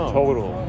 Total